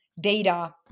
data